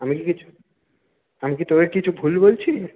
আমি কিছু আমি কি তোকে কিছু ভুল বলছি